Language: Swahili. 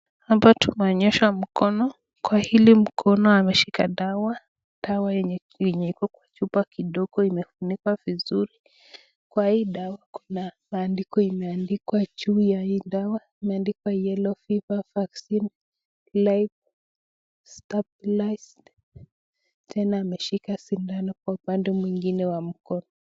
Hapa tunaonyeshwa mkono. Kwa hili mkono ameshika dawa, dawa yenye yenye iko kwa chupa kidogo imefunikwa vizuri kwa hii dawa kuna maandiko imeandikwa juu ya hii dawa, imeandikwa Yellow fever vaccine live stabilized tena ameshika sindano kwa upande mwengine wa mkono.